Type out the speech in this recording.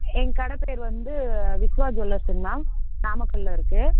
எங்கள் கடை பேர் வந்து விஸ்வா ஜூவல்லர்ஸ்ஸுங்க மேம் நாமக்கலில் இருக்கு